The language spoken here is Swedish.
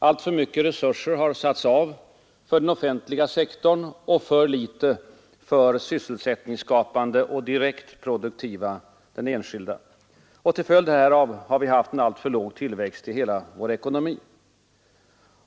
Alltför mycket resurser har satts av för den offentliga sektorn och för litet till den sysselsättningsskapande och direkt produktiva — den enskilda. Till följd härav har vi haft en alltför låg tillväxt i hela vår ekonomi.